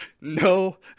no